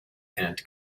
and